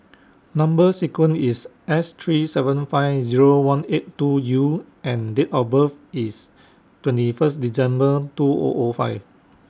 Number sequence IS S three seven five Zero one eight two U and Date of birth IS twenty First December two O O five